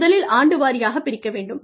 முதலில் ஆண்டு வாரியாக பிரிக்க வேண்டும்